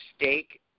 steak